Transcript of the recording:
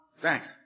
Thanks